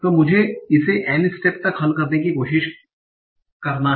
तो मुझे इसे n स्टेप्स तक हल करने की कोशिश करना हैं